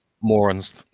morons